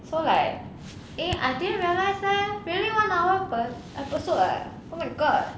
so like eh I didn't realise leh really one hour per episode ah oh my god